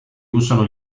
usano